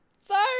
Sorry